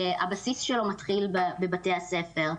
הבסיס שלו מתחיל בבתי הספר.